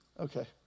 Okay